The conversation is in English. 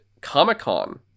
Comic-Con